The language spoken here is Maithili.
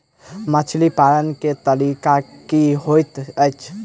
मछली पालन केँ तरीका की होइत अछि?